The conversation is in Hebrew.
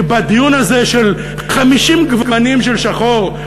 שבדיון הזה של 50 גוונים של שחור,